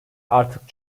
artık